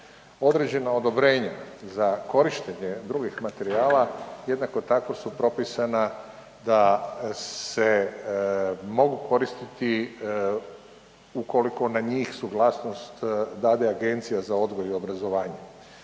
Određeno odobrenje za korištenje drugih materijala jednako tako su propisana da se mogu koristiti ukoliko na njih suglasnost dade Agencija za odgoj i obrazovanje.